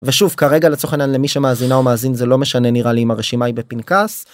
ושוב כרגע לצורך העניין למי שמאזינה ומאזין זה לא משנה נראה לי אם הרשימה היא בפנקס.